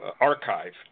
archive